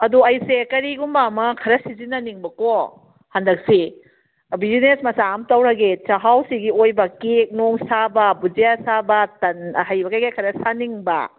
ꯑꯗꯨ ꯑꯩꯁꯦ ꯀꯔꯤꯒꯨꯝꯕ ꯑꯃ ꯈꯔ ꯁꯤꯖꯤꯟꯅꯅꯤꯡꯕꯀꯣ ꯍꯟꯗꯛꯁꯦ ꯕꯤꯖꯤꯅꯦꯁ ꯑꯃ ꯑꯃ ꯇꯧꯔꯒꯦ ꯆꯥꯛꯍꯥꯎꯁꯤꯒꯤ ꯑꯣꯏꯕ ꯀꯦꯛ ꯅꯨꯡ ꯁꯥꯕ ꯕꯨꯖꯤꯌꯥ ꯁꯥꯕ ꯇꯟ ꯑꯍꯩꯕ ꯀꯩꯀ ꯈꯔ ꯁꯥꯅꯤꯡꯕ